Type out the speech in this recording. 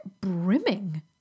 brimming